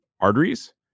arteries